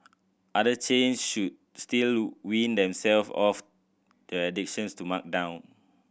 other chains should still wean themselves off their addiction to markdown